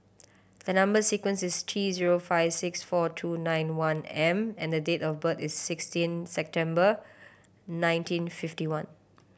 the number sequence is T zero five six four two nine one M and the date of birth is sixteen September nineteen fifty one